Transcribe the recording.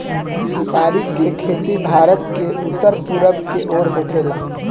सुपारी के खेती भारत के उत्तर पूरब के ओर होखेला